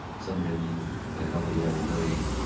some ribbing but nobody ever really,